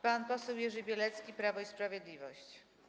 Pan poseł Jerzy Bielecki, Prawo i Sprawiedliwość.